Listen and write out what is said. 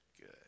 good